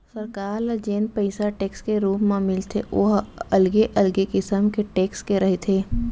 सरकार ल जेन पइसा टेक्स के रुप म मिलथे ओ ह अलगे अलगे किसम के टेक्स के रहिथे